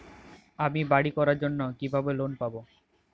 আমি বাড়ি করার জন্য কিভাবে লোন পাব?